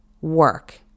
work